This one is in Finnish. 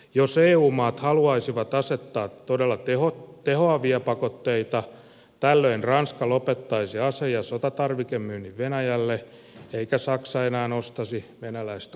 jos eu maat haluaisivat asettaa todella tehoavia pakotteita tällöin ranska lopettaisi ase ja sotatarvikemyynnin venäjälle eikä saksa enää ostaisi venäläistä kaasua